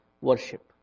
worship